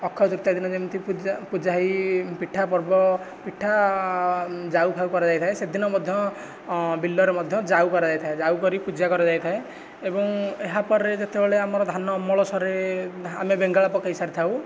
ଅକ୍ଷୟ ତୃତୀୟା ଦିନ ଯେମିତି ପୂଜା ପୂଜା ହେଇ ପିଠା ପର୍ବ ପିଠା ଯାଉ ଫାଉ କରାଯାଇଥାଏ ସେ ଦିନ ମଧ୍ୟ ବିଲ ରେ ମଧ୍ୟ ଯାଉ କରାଯାଇଥାଏ ଯାଉ କରିକି ପୂଜା କରାଯାଇଥାଏ ଏବଂ ଏହା ପରେ ଯେତେବେଳେ ଆମର ଧାନ ଅମଳ ସରେ ଆମେ ବେଙ୍ଗଳା ପକେଇ ସାରିଥାଉ